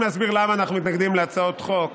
להסביר למה אנחנו מתנגדים להצעות חוק